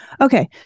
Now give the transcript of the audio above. Okay